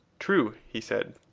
true, he said.